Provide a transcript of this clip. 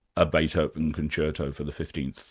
a beethoven concerto for the fifteen